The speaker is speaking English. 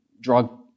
drug